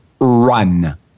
Run